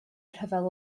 rhyfel